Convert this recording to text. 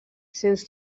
sens